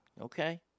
Okay